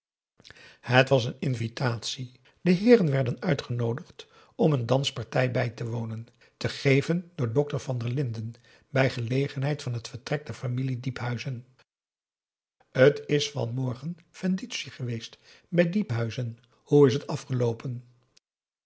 het was een invitatie de heeren werden uitgenoodigd om een danspartij bij te wonen te geven door dokter van der linden bij gelegenheid van het vertrek der familie diephuizen t is van morgen vendutie geweest bij diephuizen hoe is het afgeloopen